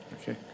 okay